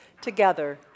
together